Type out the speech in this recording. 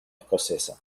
escocesa